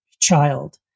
child